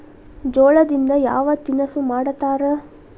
ಜೋಳದಿಂದ ಯಾವ ತಿನಸು ಮಾಡತಾರ?